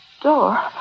door